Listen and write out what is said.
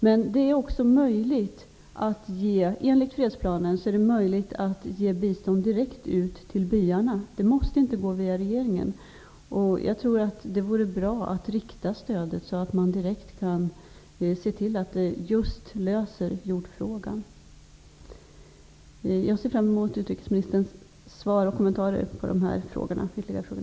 Men det är enligt fredsplanen också möjligt att ge bistånd direkt till byarna. Det måste inte gå via regeringen. Jag tror det vore bra att rikta stödet så, att man kan se till att det löser problemen med jordreformen. Jag ser fram mot utrikesministerns svar och kommentarer på dessa ytterligare frågor.